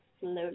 slowly